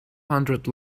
hundred